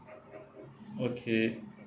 okay